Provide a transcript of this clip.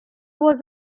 was